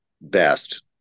best